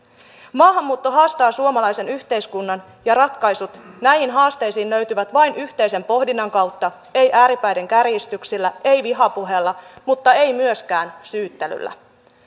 maahanmuutto haastaa suomalaisen yhteiskunnan ja ratkaisut näihin haasteisiin löytyvät vain yhteisen pohdinnan kautta eivät ääripäiden kärjistyksillä eivät vihapuheella mutta eivät myöskään syyttelyllä